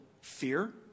fear